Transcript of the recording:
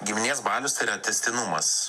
giminės balius tai yra tęstinumas